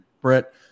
Brett